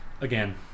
again